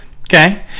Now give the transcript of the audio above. okay